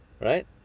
Right